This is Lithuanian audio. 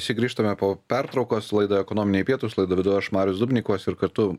visi grįžtame po pertraukos laida ekonominiai pietūs laidą vedu aš marius dubnikovas ir kartu